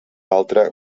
altre